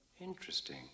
interesting